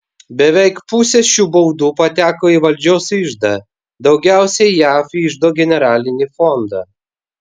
beveik pusė šių baudų pateko į valdžios iždą daugiausiai jav iždo generalinį fondą